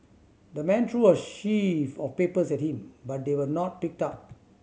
the man threw a sheaf of papers at him but they were not picked up